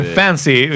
fancy